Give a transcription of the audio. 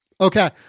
Okay